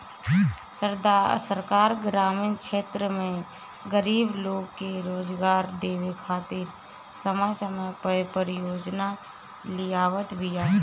सरकार ग्रामीण क्षेत्र में गरीब लोग के रोजगार देवे खातिर समय समय पअ परियोजना लियावत बिया